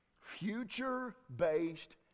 Future-based